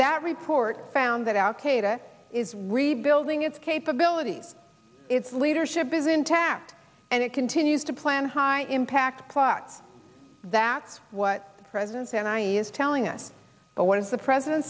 that report found that al qaeda is rebuilding its capabilities its leadership is intact and it continues to plan high impact plots that's what the president's and i e is telling us but what is the president